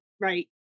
right